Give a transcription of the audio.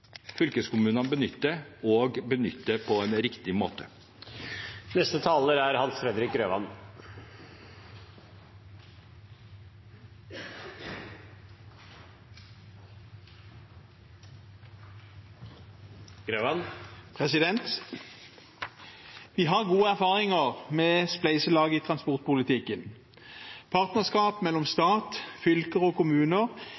fylkeskommunene benytter – og benytter på en riktig måte. Vi har gode erfaringer med spleiselag i transportpolitikken. Partnerskap mellom